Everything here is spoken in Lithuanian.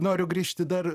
noriu grįžti dar